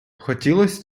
хотілось